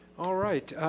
alright,